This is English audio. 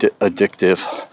addictive